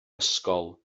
ysgol